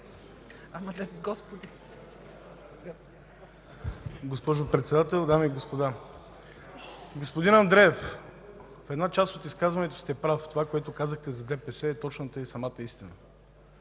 Госпожо Председател, дами и господа! Господин Андреев, в една част от изказването сте прав. Това, което казахте за ДПС, е точната и самата истина.